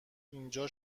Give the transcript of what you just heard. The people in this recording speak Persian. اینجا